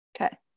Okay